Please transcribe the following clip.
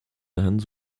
ends